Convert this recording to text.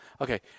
Okay